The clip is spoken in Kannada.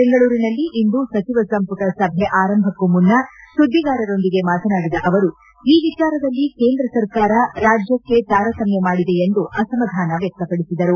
ಬೆಂಗಳೂರಿನಲ್ಲಿಂದು ಸಚಿವ ಸಂಪುಟ ಸಭೆ ಆರಂಭಕ್ಕೂ ಮುನ್ನ ಸುದ್ದಿಗಾರರೊಂದಿಗೆ ಮಾತನಾಡಿದ ಅವರು ಈ ವಿಚಾರದಲ್ಲಿ ಕೇಂದ್ರ ಸರ್ಕಾರ ರಾಜ್ಯಕ್ಕೆ ತಾರತಮ್ಯ ಮಾದಿದೆ ಎಂದು ಅಸಮಾಧಾನ ವ್ಯಕ್ತಪದಿಸಿದರು